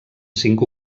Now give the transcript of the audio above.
cinc